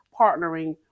partnering